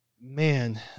man